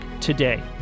today